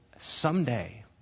someday